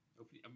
Open